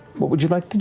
what would you like